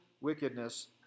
wickedness